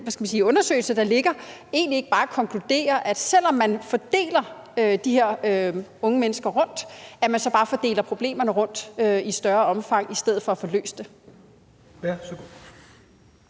undersøgelse, der ligger, egentlig ikke bare konkludere, at selv om man fordeler de her unge mennesker, fordeler man bare problemerne rundt i et større omfang i stedet for at få løst dem?